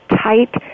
tight